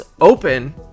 Open